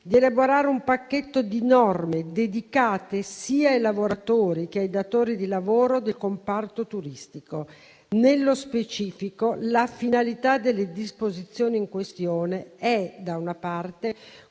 di elaborare un pacchetto di norme dedicate sia ai lavoratori che ai datori di lavoro del comparto turistico. Nello specifico, la finalità delle disposizioni in questione è, da una parte,